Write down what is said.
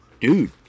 Dude